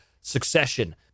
succession